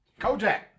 Kojak